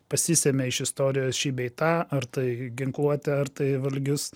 pasisėmė iš istorijos šį bei tą ar tai ginkluotę ar tai valgius